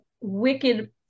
wicked